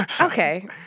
Okay